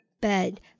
bed